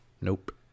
Nope